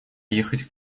ехать